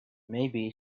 maybe